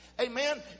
Amen